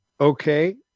Okay